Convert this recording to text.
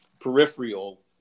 peripheral